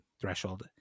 threshold